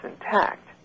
intact